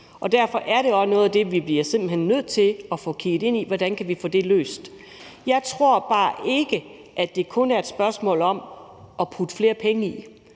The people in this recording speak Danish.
og derfor bliver vi simpelt hen nødt til at få kigget ind i, hvordan vi kan få noget af det løst. Jeg tror bare ikke, at det kun er et spørgsmål om at putte flere penge i.